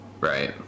Right